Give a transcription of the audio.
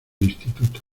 instituto